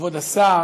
כבוד השר,